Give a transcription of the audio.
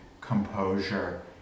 composure